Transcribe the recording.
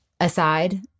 aside